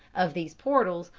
of these portals,